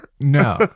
No